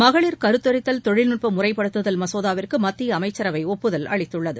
மகளிர் கருத்தரித்தல் தொழில்நுட்ப முறைப்படுத்துதல் மசோதாவிற்கு மத்திய அமைச்சரவை ஒப்புதல் அளித்துள்ளது